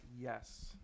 yes